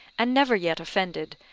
and never yet offended,